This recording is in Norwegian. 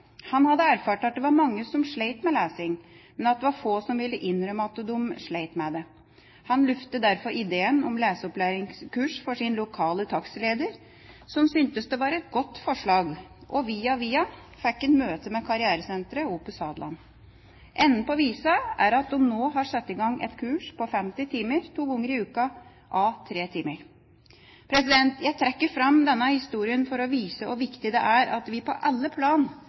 Han hadde erfart at det var mange som sleit med lesing, men at det var få som ville innrømme at de sleit med det. Han luftet derfor ideen om leseopplæringskurs for sin lokale taxileder, som syntes det var et godt forslag, og via via fikk han møte med Karrieresenteret Opus Hadeland. Enden på visa er at de nå har satt i gang et kurs på 50 timer, to ganger i uken à 3 timer. Jeg trekker fram denne historien for å vise hvor viktig det er at vi på alle plan